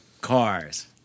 Cars